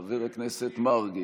חבר הכנסת מרגי,